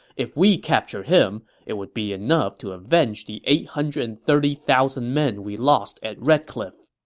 if we capture him, it would be enough to avenge the eight hundred and thirty thousand men we lost at red cliff.